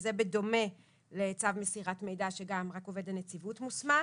וזה בדומה לצו מסירת מידע שגם רק עובד הנציבות מוסמך.